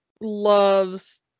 loves